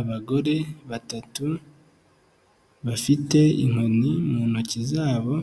Abagore batatu bafite inkoni mu ntoki zabo